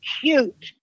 cute